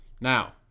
Now